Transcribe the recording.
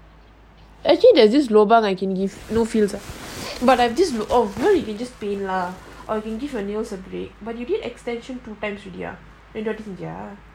actually there's this lobang I can give no feels ah but I have this oh you know you can just pay lah or you can give your nails a break but you did extensions two time already ah ரெண்டுவாட்டிசெஞ்சியா:renduvaati senjiya